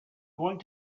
going